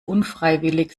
unfreiwillig